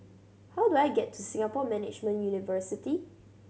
how do I get to Singapore Management University